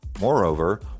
Moreover